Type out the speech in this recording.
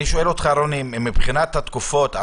מבחינת התקופות.